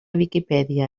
viquipèdia